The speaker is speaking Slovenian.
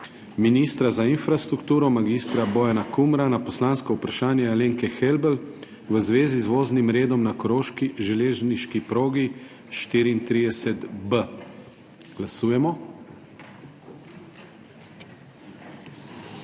ministra za infrastrukturo mag. Bojana Kumra na poslansko vprašanje Alenke Helbl v zvezi z voznim redom na koroški železniški progi 34b. Glasujemo.